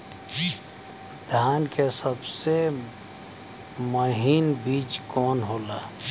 धान के सबसे महीन बिज कवन होला?